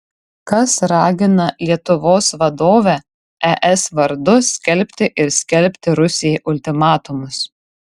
kas ragina lietuvos vadovę es vardu skelbti ir skelbti rusijai ultimatumus